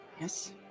Yes